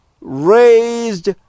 raised